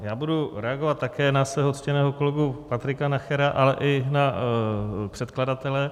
Já budu reagovat také na svého ctěného kolegu Patrika Nachera, ale i na předkladatele.